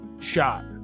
shot